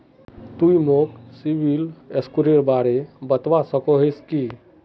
तुई मोक सिबिल स्कोरेर बारे बतवा सकोहिस कि?